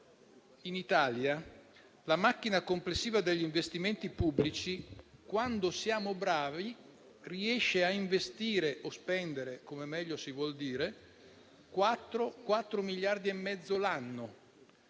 in Italia la macchina complessiva degli investimenti pubblici, quando siamo bravi, riesce a investire o spendere, come meglio si vuol dire, circa 4,5 miliardi di euro l'anno.